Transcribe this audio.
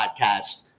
podcast